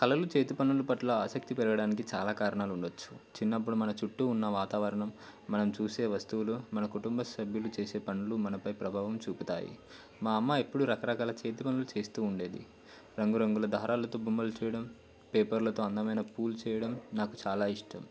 కళలు చేతి పనులు పట్ల ఆసక్తి పెరగడానికి చాలా కారణాలు ఉండవచ్చు చిన్నప్పుడు మన చుట్టూ ఉన్న వాతావరణం మనం చూసే వస్తువులు మన కుటుంబ సభ్యులు చేసే పనులు మనపై ప్రభావం చూపుతాయి మా అమ్మ ఎప్పుడుూ రకరకాల చేతి పనులు చేస్తూ ఉండేది రంగురంగుల దారాలతో బొమ్మలు చేయడం పేపర్లతో అందమైన పూలు చేయడం నాకు చాలా ఇష్టం